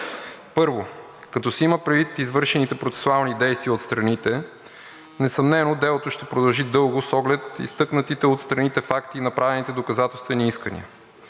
Първо, като се има предвид извършените процесуални действия от страните, несъмнено делото ще продължи дълго с оглед изтъкнатите от страните факти и направените доказателствени искания.